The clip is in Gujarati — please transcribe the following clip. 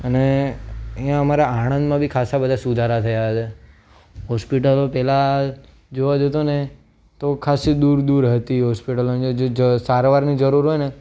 અને અહીંયાં અમારા આણંદમાં બી ખાસા બધા સુધારા થયા છે હોસ્પિટલો પહેલાં જોવા જતોને તો ખાસી દૂર દૂર હતી હોસ્પિટલો જે જે જ સારવારની જરૂર હોય ને